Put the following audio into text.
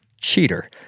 cheater